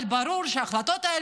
מה שהממשלה תחליט זה מה שיהיה,